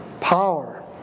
Power